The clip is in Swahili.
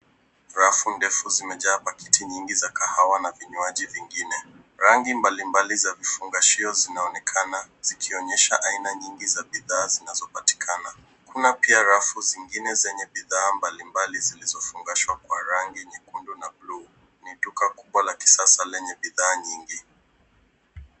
Ragi ndefu zimejaa pakiti nyingi za kahawa na vinywaji vingine. Rangi mbalimbali za vifungashio zinaonekana zikionyesha aina nyingi za bidhaa zinazo patikana. Kuna pia rafu nyingine zenye bidhaa mbalimbali zilizo fungashwa kwa rangi nyekundu na bluu. Ni duka kubwa la kisasa lenye bidhaa nyingi.